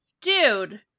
dude